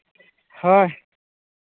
ᱦᱳᱭ